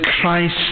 Christ